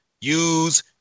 use